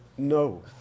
No